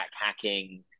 hacking